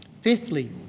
Fifthly